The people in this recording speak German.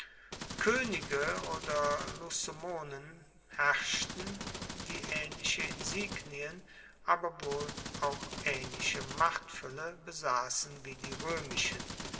koenige oder lucumonen herrschten die aehnliche insignien also wohl auch aehnliche machtfuelle besassen wie die roemischen